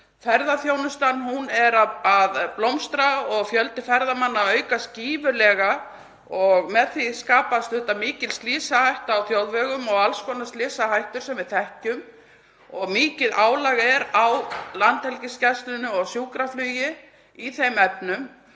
Ferðaþjónustan er að blómstra og fjöldi ferðamanna er að aukast gífurlega. Með því skapast mikil slysahætta á þjóðvegum og alls konar slysahættur sem við þekkjum og mikið álag er á Landhelgisgæslunni og sjúkraflugi í þeim efnum.